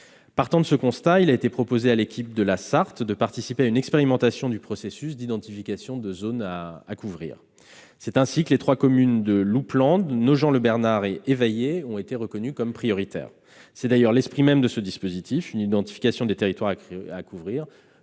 Partant de ce constat, il a été proposé à l'équipe de la Sarthe de participer à une expérimentation du processus d'identification de zones à couvrir. C'est ainsi que les trois communes de Louplande, Nogent-le-Bernard et Évaillé ont été reconnues comme prioritaires. Tel est d'ailleurs l'esprit même du dispositif : une identification des territoires à couvrir